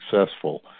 successful